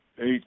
eight